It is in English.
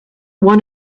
one